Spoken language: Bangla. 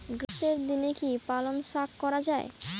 গ্রীষ্মের দিনে কি পালন শাখ করা য়ায়?